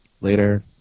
Later